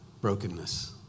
Brokenness